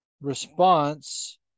response